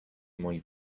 moi